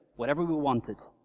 whatever we wanted.